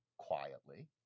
quietly